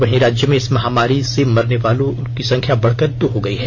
वहीं राज्य में इस महामारी से मरने वाले लोगों की संख्या बढ़कर दो हो गयी है